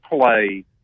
play